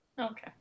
Okay